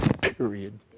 period